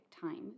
time